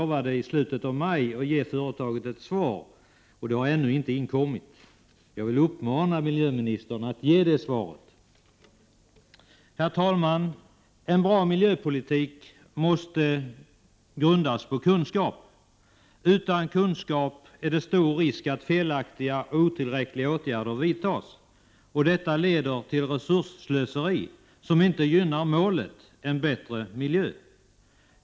Varför har något svar ännu inte inkommit? Jag vill uppmana miljöministern att ge det utlovade svaret. Herr talman! En bra miljöpolitik måste grundas på kunskap. Utan kunskap är det stor risk att felaktiga och otillräckliga åtgärder vidtas. Detta leder till resursslöseri som inte gynnar målet — än bättre miljö.